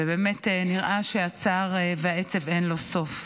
ובאמת נראה שהצער והעצב אין להם סוף.